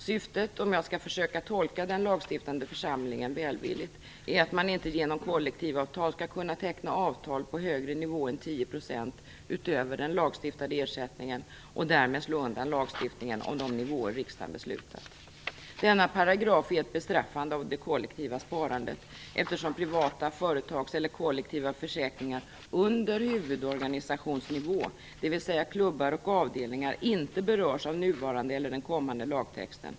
Syftet är, om jag skall tolka den lagstiftande församlingen välvilligt, att man inte genom kollektivavtal skall kunna teckna avtal på högre nivå än 10 % utöver den lagstiftade ersättningen och därmed slå undan lagstiftningen om de nivåer riksdagen beslutat. Denna paragraf är ett bestraffande av det kollektiva sparandet, eftersom privata försäkringar, företagsförsäkringar eller kollektiva försäkringar under huvudorganisationsnivå, dvs. klubbar och avdelningar, inte berörs av den nuvarande eller den kommande lagtexten.